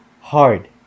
hard